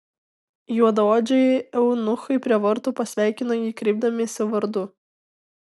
juodaodžiai eunuchai prie vartų pasveikino jį kreipdamiesi vardu